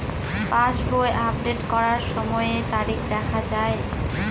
পাসবই update করার সময়ে তারিখ দেখা য়ায়?